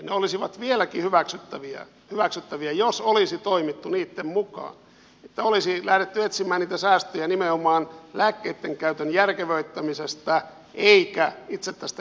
ne olisivat vieläkin hyväksyttäviä jos olisi toimittu niitten mukaan että olisi lähdetty etsimään niitä säästöjä nimenomaan lääkkeitten käytön järkevöittämisestä eikä itse tästä järjestelmästä